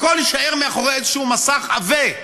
הכול יישאר מאחורי איזשהו מסך עבה.